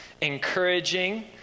encouraging